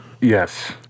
Yes